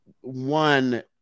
one